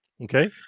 Okay